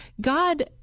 God